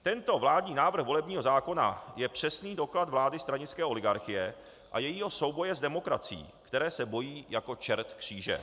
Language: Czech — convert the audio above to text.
Tento vládní návrh volebního zákona je přesný doklad vlády stranické oligarchie a jejího souboje s demokracií, které se bojí jako čert kříže.